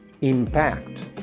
impact